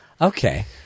Okay